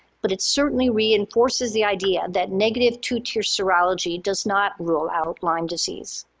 but it certainly reinforces the idea that negative two tier serology does not rule out lyme disease.